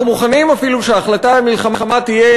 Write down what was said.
אנחנו מוכנים אפילו שהחלטה על מלחמה תהיה